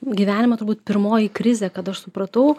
gyvenime turbūt pirmoji krizė kada aš supratau